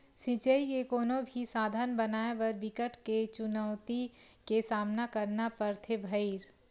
सिचई के कोनो भी साधन बनाए बर बिकट के चुनउती के सामना करना परथे भइर